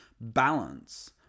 balance